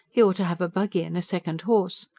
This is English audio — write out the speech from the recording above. he ought to have a buggy, and a second horse.